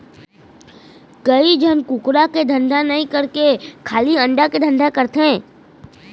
कइ झन कुकरा के धंधा नई करके खाली अंडा के धंधा करथे